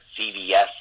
CVS